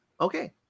Okay